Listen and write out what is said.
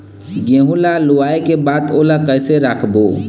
गेहूं ला लुवाऐ के बाद ओला कइसे राखबो?